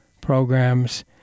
programs